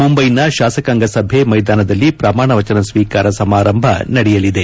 ಮುಂಬೈನ ಶಾಸಕಾಂಗ ಸಭೆ ಮೈದಾನದಲ್ಲಿ ಪ್ರಮಾಣ ವಚನ ಸ್ವೀಕಾರ ಸಮಾರಂಭ ನಡೆಯಲಿದೆ